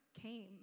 came